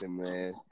man